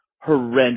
horrendous